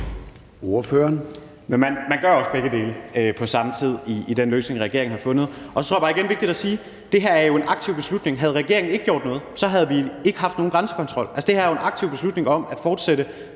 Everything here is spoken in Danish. Kjær (S): Men man gør også begge dele på samme tid i den løsning, regeringen har fundet. Og så tror jeg bare, det er vigtigt igen at sige, at det her jo er en aktiv beslutning. Havde regeringen ikke gjort noget, så havde vi ikke haft nogen grænsekontrol. Altså, det her er jo en aktiv beslutning om at fortsætte